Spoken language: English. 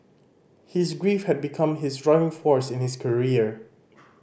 his grief had become his driving force in his career